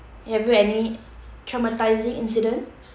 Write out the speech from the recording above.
have you any traumatising incident